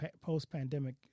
post-pandemic